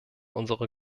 unsere